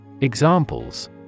Examples